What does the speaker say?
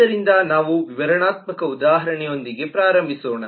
ಆದ್ದರಿಂದ ನಾವು ವಿವರಣಾತ್ಮಕ ಉದಾಹರಣೆಯೊಂದಿಗೆ ಪ್ರಾರಂಭಿಸೋಣ